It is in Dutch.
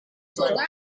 soldaten